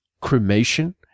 cremation